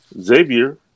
Xavier